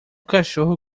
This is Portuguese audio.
cachorro